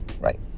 Right